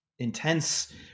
Intense